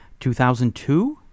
2002